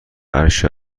عرشه